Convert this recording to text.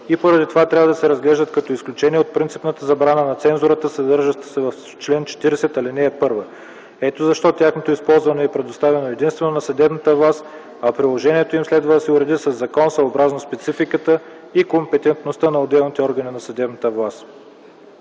и поради това трябва да се разглеждат като изключение от принципната забрана на цензурата, съдържаща се в чл. 40, ал. 1. Ето защо тяхното използване е предоставено единствено на съдебната власт, а приложението им следва да се уреди със закон, съобразно спецификата и компетентността на отделните органи на съдебната власт.